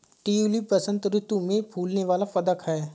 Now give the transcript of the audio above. tulip बसंत ऋतु में फूलने वाला पदक है